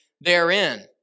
therein